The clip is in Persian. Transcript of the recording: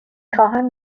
خواهم